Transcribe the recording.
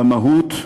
במהות,